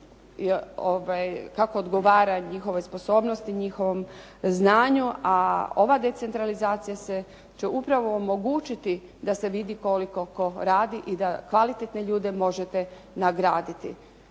kako odgovara njihovoj sposobnosti, njihovom znanju. A ova decentralizacija se, će upravo omogućiti da se vidi koliko tko radi i da kvalitetne ljude možete nagraditi.